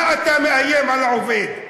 מה אתה מאיים על העובד?